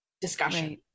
discussion